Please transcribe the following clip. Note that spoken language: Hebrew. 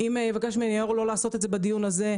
אם נבקש מהיו"ר לא לעשות את זה בדיון הזה,